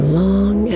long